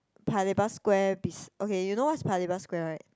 Paya-Lebar Square besi~ okay you know what is Paya-Lebar Square right